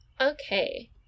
Okay